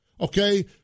okay